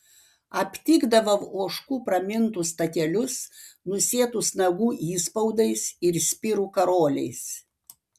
aptikdavau ožkų pramintus takelius nusėtus nagų įspaudais ir spirų karoliais